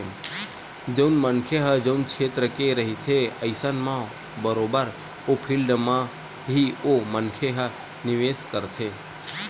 जउन मनखे ह जउन छेत्र के रहिथे अइसन म बरोबर ओ फील्ड म ही ओ मनखे ह निवेस करथे